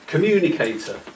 Communicator